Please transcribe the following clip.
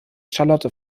charlotte